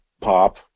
pop